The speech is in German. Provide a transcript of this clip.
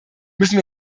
müssen